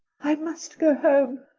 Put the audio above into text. i must go home,